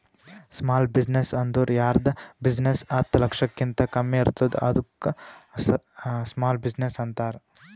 small business ಅಂದುರ್ ಯಾರ್ದ್ business ಹತ್ತ ಲಕ್ಷಕಿಂತಾ ಕಮ್ಮಿ ಇರ್ತುದ್ ಅದ್ದುಕ ಸ್ಮಾಲ್ ಬಿಜಿನೆಸ್ ಅಂತಾರ